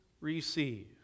receive